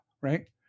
right